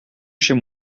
chez